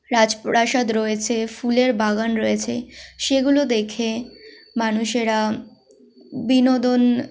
রাজপ্রাসাদ রয়েছে ফুলের বাগান রয়েছে সেগুলো দেখে মানুষেরা বিনোদন